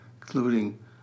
including